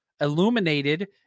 illuminated